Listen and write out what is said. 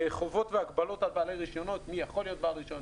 חובות והגבלות על בעלי רישיונות מי יכול להיות בעל רישיון,